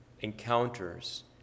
encounters